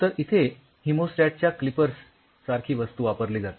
तर इथे हिमोस्टॅट च्या क्लिपर सारखी वस्तू वापरली जाते